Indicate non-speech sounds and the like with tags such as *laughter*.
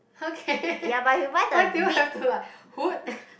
*laughs* okay why do you have to like